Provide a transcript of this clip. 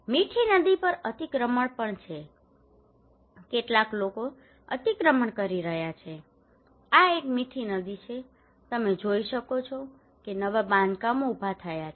મીઠી નદી પર અતિક્રમણ પણ છે કેટલાક લોકો અતિક્રમણ કરી રહ્યાં છે આ એક મીઠી નદી છે તમે જોઈ શકો છો કે નવા બાંધકામો ઉભા થયા છે